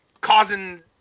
causing